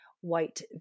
white